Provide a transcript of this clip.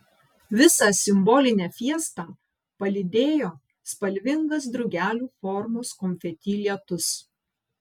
visą simbolinę fiestą palydėjo spalvingas drugelių formos konfeti lietus